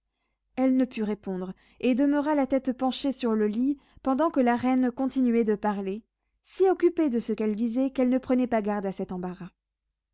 elle ne put répondre et demeura la tête penchée sur le lit pendant que la reine continuait de parler si occupée de ce qu'elle disait qu'elle ne prenait pas garde à cet embarras